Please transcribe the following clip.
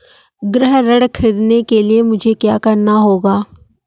गृह ऋण ख़रीदने के लिए मुझे क्या करना होगा?